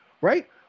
Right